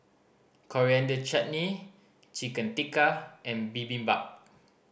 Coriander Chutney Chicken Tikka and Bibimbap